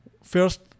First